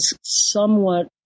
somewhat